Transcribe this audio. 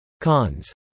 Cons